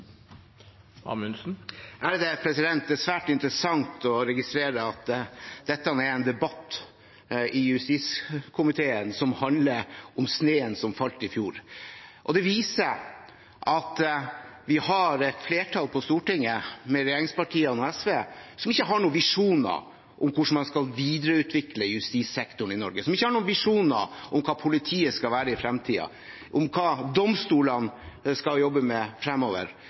en debatt i justiskomiteen som handler om snøen som falt i fjor. Det viser at vi har et flertall på Stortinget – regjeringspartiene og SV – som ikke har noen visjoner om hvordan man skal videreutvikle justissektoren i Norge, og som ikke har noen visjoner om hva politiet skal være i fremtiden, og hva domstolene skal jobbe med fremover.